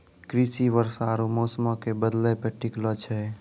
कृषि वर्षा आरु मौसमो के बदलै पे टिकलो छै